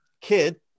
kid